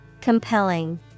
Compelling